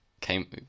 Came